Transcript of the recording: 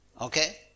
Okay